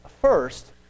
first